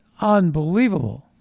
Unbelievable